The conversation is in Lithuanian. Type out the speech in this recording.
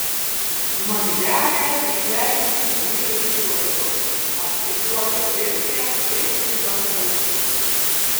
magdelė išleidusi vyrus į laukus apsikuopia pirkią ir į daržus